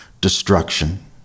destruction